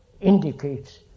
indicates